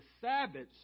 Sabbaths